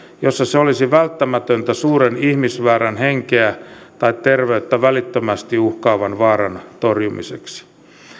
jossa se olisi välttämätöntä suuren ihmismäärän henkeä tai terveyttä välittömästi uhkaavan vaaran torjumiseksi